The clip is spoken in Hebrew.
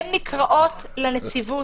הן נקראות לנציבות.